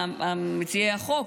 מציעי החוק,